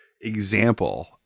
example